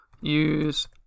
Use